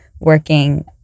working